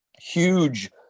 huge